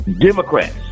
Democrats